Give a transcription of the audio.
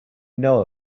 know